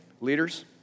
leaders